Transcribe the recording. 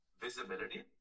visibility